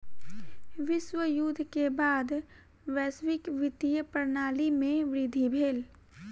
विश्व युद्ध के बाद वैश्विक वित्तीय प्रणाली में वृद्धि भेल